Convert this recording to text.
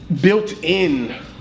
built-in